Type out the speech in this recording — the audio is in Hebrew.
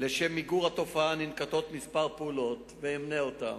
לשם מיגור התופעה ננקטות כמה פעולות, ואמנה אותן: